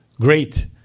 great